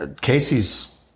casey's